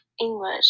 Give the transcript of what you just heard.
english